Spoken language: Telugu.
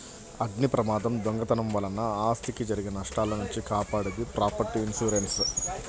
అగ్నిప్రమాదం, దొంగతనం వలన ఆస్తికి జరిగే నష్టాల నుంచి కాపాడేది ప్రాపర్టీ ఇన్సూరెన్స్